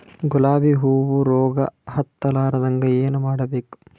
ಗುಲಾಬ್ ಹೂವು ರೋಗ ಹತ್ತಲಾರದಂಗ ಏನು ಮಾಡಬೇಕು?